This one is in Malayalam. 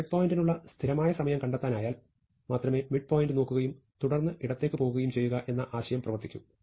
മിഡ്പോയിന്റിനുള്ള സ്ഥിരമായ സമയം കണ്ടെത്താനായാൽ മാത്രമേ മിഡ് പോയിന്റ് നോക്കുകയും തുടർന്ന് ഇടത്തേക്ക് പോകുകയും ചെയ്യുക എന്ന ആശയം പ്രവർത്തിക്കൂ